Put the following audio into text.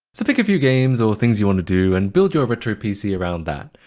so pick a few games or things you wanna do and build your retro pc around that.